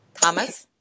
Thomas